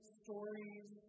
stories